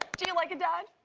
do you like it dad?